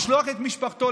לשלוח את משפחתו,